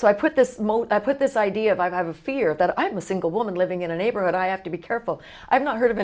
so i put this moat i put this idea of i have a fear of that i'm a single woman living in a neighborhood i have to be careful i've not heard of